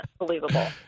Unbelievable